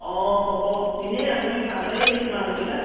অঁ হ'ব এনেই আপুনি ভালেই দিম মাল কিটা